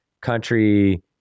country